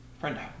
friend